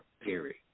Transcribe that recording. period